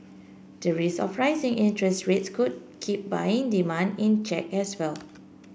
the risk of rising interest rates could keep buying demand in check as well